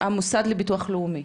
המוסד לביטוח לאומי.